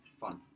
fun